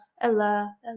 Ella